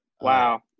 Wow